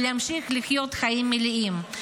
ולהמשיך לחיות חיים מלאים.